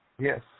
Yes